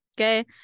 okay